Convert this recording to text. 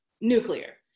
Nuclear